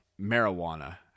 Marijuana